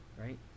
Right